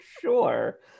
sure